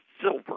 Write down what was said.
silver